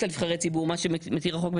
על נבחרי ציבור כי מה שמתיר החוק,